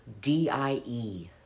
D-I-E